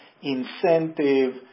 incentive